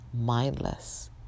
mindless